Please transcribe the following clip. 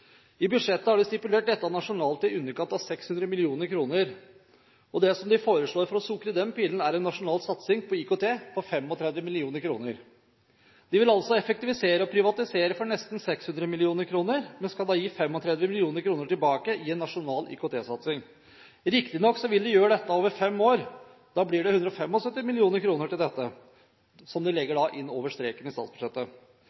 I budsjettet har de stipulert dette nasjonalt til å være i underkant av 600 mill. kr., og det som de foreslår for å sukre den pillen, er en nasjonal satsing på IKT på 35 mill. kr. De vil altså effektivisere og privatisere for nesten 600 mill. kr, men skal da gi 35 mill. kr tilbake i en nasjonal IKT-satsing. Riktignok vil de gjøre dette over fem år, og da blir det 175 mill. kr til dette som de